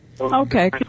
Okay